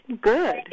good